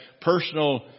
personal